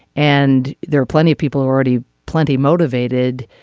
and there are plenty of people already plenty motivated.